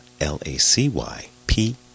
L-A-C-Y-P